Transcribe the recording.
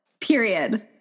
Period